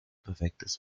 perfektes